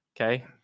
Okay